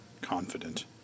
confident